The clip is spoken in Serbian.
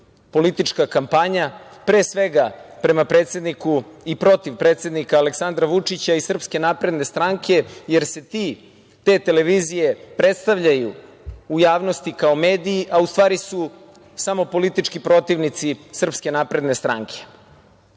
politička kampanja, pre svega prema predsedniku i protiv predsednika Aleksandra Vučića i SNS, jer se te televizije predstavljaju u javnosti kao mediji, a u stvari su samo politički protivnici SNS.Konstantno